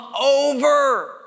over